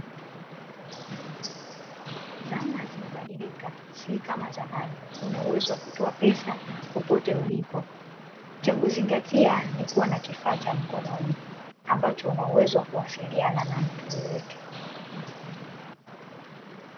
Zama zimebadilika si kama zamani, unauweza kutoa pesa popote ulipo cha kuzingatia ni kuwa na kifaa cha mkono ambacho unaweza kuwasiliana na mtu yeyote.